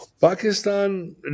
Pakistan